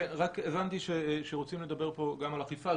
הבנתי שרוצים לדבר פה גם על אכיפה,